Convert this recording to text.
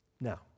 Now